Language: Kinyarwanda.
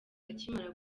akimara